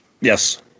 Yes